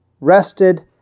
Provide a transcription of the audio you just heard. rested